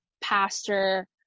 pastor